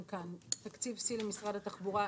י"ח בטבת התשפ"ב,